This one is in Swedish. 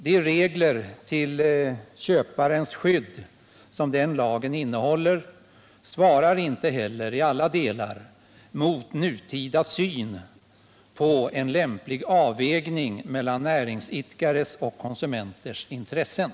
De regler till köparens skydd som den lagen innehåller svarar inte heller i alla delar mot nutida syn på Nr 33 en lämplig avvägning mellan näringsidkares och konsumenters intressen.